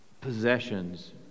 possessions